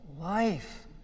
life